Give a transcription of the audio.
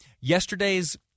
Yesterday's